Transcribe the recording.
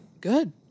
Good